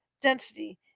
density